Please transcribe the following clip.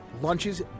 lunches